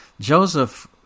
Joseph